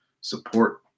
support